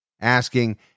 asking